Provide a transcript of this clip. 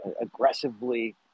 aggressively